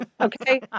Okay